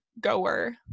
goer